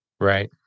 Right